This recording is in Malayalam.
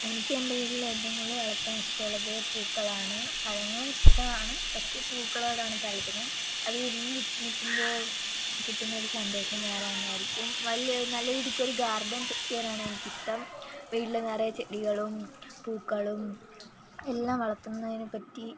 എനിക്ക് എൻ്റെ വീട്ടിൽ ഏറ്റവും കൂടുതൽ വളർത്താൻ ഇഷ്ടമുള്ളത് പൂക്കളാണ് പഴങ്ങളും ഇഷ്ടമാണ് പക്ഷേ പൂക്കളോടാണ് താല്പര്യം അത് വിരിഞ്ഞു നിൽക്കുമ്പോൾ കിട്ടുന്ന ഒരു സന്തോഷം വേറെ തന്നെ ആയിരിക്കും വലിയ നല്ല രീതിക്ക് ഒരു ഗാർഡൻ സെറ്റ് ചെയ്യാനാണ് എനിക്ക് ഇഷ്ടം വീട്ടിൽ നിറയെ ചെടികളും പൂക്കളും എല്ലാം വളർത്തുന്നതിനെ പറ്റി